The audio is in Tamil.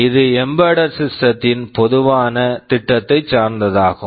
இது எம்பெடெட் சிஸ்டம் embedded system த்தின் பொதுவான திட்டத்தை சார்ந்ததாகும்